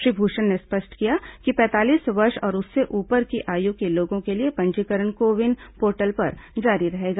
श्री भूषण ने स्पष्ट किया कि पैंतालीस वर्ष और उससे ऊपर की आयु के लोगों के लिए पंजीकरण को विन पोर्टल पर जारी रहेगा